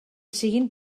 siguen